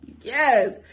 Yes